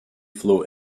flow